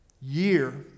year